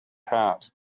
hat